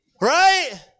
Right